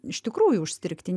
iš tikrųjų užstrigti